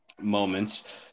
moments